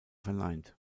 verneint